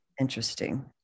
interesting